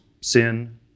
sin